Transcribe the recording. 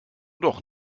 doch